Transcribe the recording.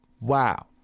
Wow